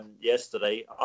yesterday